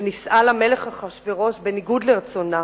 שנישאה למלך אחשוורוש בניגוד לרצונה.